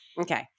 Okay